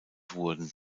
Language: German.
wurden